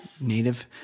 native